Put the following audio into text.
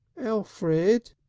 elfrid!